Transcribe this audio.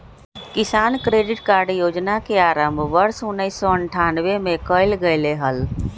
किसान credit card योजना के आरंभ वर्ष उन्नीसौ अठ्ठान्नबे में कइल गैले हल